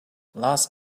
last